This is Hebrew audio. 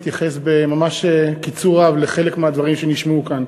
להתייחס ממש בקיצור רב לחלק מהדברים שנשמעו כאן.